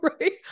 right